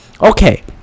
okay